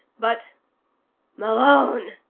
but malone!